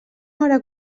hora